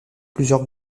plusieurs